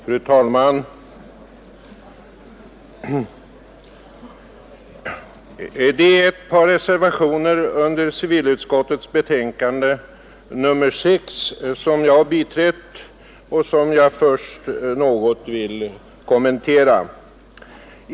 Fru talman! Det är ett par reservationer vid civilutskottets betänkande nr 6 som jag har biträtt och som jag först något vill kommentera.